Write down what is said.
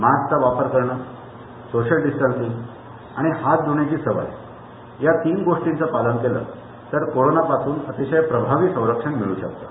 मास्कचा वापर करणं सोषल डिस्टंसिंग आणि हाथ ध्ण्याची सवय या तीन गोष्टींचं पालन केलं तर कोरोना पासून अतिषय प्रभावि संरक्षण मिळू षकतो